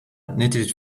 knitted